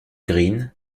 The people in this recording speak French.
green